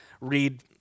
read